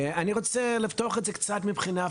אני רוצה לפתוח את זה קצת מבחינה פילוסופית.